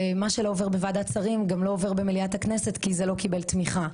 מה שלא עובר בוועדת שרים גם לא עובר במליאת הכנסת כי זה לא קיבל תמיכה.